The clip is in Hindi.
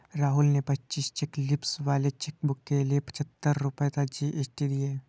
राहुल ने पच्चीस चेक लीव्स वाले चेकबुक के लिए पच्छत्तर रुपये तथा जी.एस.टी दिए